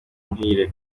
muhire